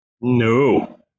No